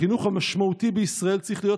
החינוך המשמעותי בישראל צריך להיות